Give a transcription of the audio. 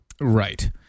Right